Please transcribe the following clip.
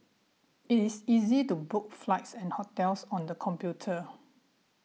it is easy to book flights and hotels on the computer